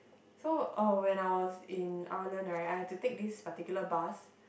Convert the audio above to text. so uh when I was in Ireland right I have to take this particular bus